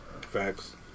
Facts